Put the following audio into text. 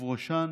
ובראשן